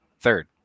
third